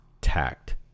tact